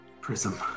Prism